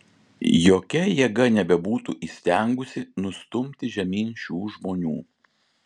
jokia jėga nebebūtų įstengusi nustumti žemyn šių žmonių